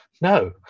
no